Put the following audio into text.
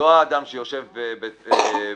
לא האדם שיושב בתוכו,